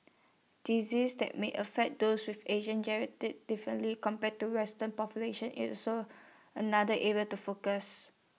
diseases that might affect those with Asian gerety differently compared to western population is also another area to focus